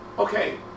Okay